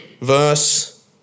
Verse